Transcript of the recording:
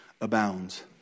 abounds